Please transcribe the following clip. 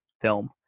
film